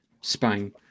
Spain